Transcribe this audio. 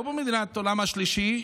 לא במדינת עולם שלישי,